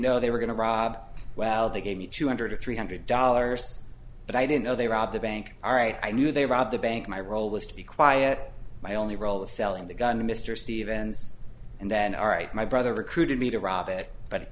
know they were going to rob well they gave me two hundred or three hundred dollars but i didn't know they robbed the bank all right i knew they robbed the bank my role was to be quiet my only role of selling the gun to mr stevens and then i'll write my brother recruited me to rob it but